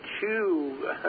two